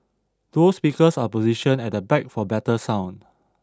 dual speakers are positioned at the back for better sound